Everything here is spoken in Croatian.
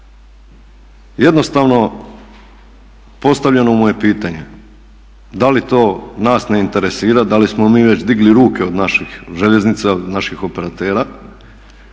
Jednostavno postavljeno mu je pitanje da li to nas ne interesira, da li smo mi već digli ruke od naših željeznica, naših operatera,